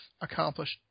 accomplished